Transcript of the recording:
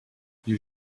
you